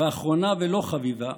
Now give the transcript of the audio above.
ואחרונה ולא חביבה,